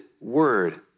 word